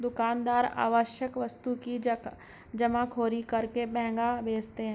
दुकानदार आवश्यक वस्तु की जमाखोरी करके महंगा बेचते है